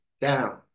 down